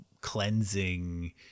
cleansing